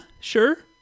Sure